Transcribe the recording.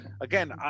again